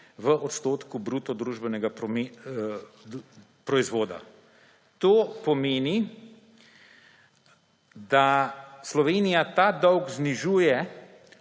v odstotku bruto družbenega proizvoda. To pomeni, da Slovenija ta dolg znižuje